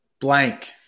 blank